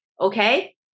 okay